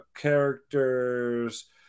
characters